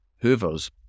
Hoovers